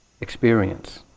experience